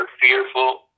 fearful